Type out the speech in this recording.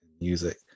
music